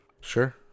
Sure